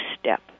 step